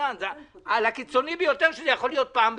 העניין על הקיצוני ביותר שזה יכול להיות פעם בדור,